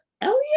Elliot